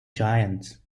giant